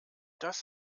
das